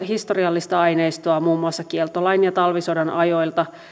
historiallista aineistoa muun muassa kieltolain ja talvisodan ajoilta